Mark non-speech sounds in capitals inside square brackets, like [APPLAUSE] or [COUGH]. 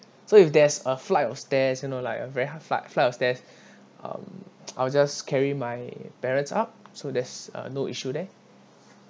so if there's a flight or stairs you know like a very hard flight flight or stairs um [NOISE] I'll just carry my parents up so there's uh no issue there